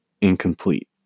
incomplete